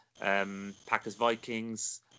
Packers-Vikings